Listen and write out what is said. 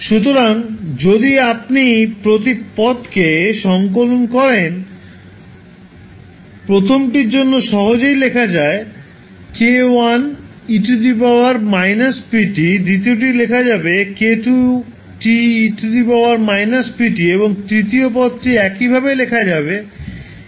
সুতরাং যদি আপনি প্রতি পদকে সংকলন করেন প্রথমটির জন্য সহজেই লেখা যায় 𝑘1𝑒−𝑝𝑡 দ্বিতীয়টি লেখা যাবে 𝑘2𝑡 𝑒−𝑝𝑡এবং তৃতীয় পদটি একইভাবে লেখা যায় k32